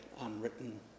unwritten